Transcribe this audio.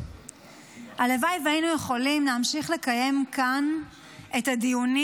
הלוואי שהיינו יכולים להמשיך לקיים כאן את הדיונים